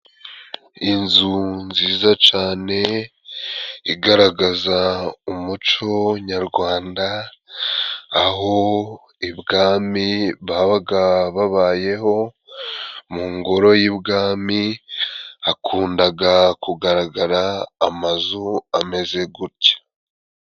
Inzu nziza cane igaragaza umuco nyarwanda, aho ibwami babaga babayeho mu ngoro y'ubwami hakundaga kugaragara amazu ameze gutya.